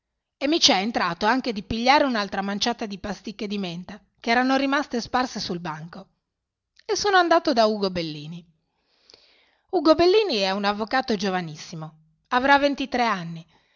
e mi c'è entrato anche di pigliare un'altra manciata di pasticche di menta che erano rimaste sparse sul banco e sono andato da ugo bellini ugo bellini è un avvocato giovanissimo avrà ventitré anni